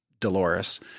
Dolores